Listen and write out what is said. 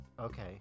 Okay